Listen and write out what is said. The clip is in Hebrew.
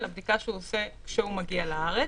אלא בדיקה שהוא עושה כשהוא מגיע לארץ.